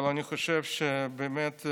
אבל אני חושב שבאמת,